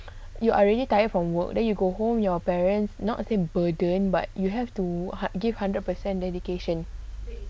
you are already tired from work then you go home your parents not to say burden but you have to give hundred percent dedication